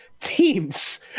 teams